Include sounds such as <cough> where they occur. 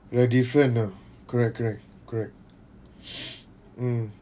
we are different ah correct correct correct <breath> mm